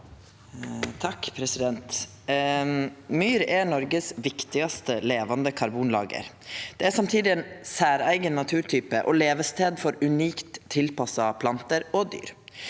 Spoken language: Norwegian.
(MDG) Myr er Noregs viktigaste levande karbonlager. Det er samtidig ein særeigen naturtype og levestad for unikt tilpassa planter og dyr.